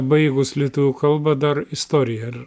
baigus lietuvių kalbą dar istoriją ar